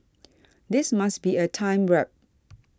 this must be a time warp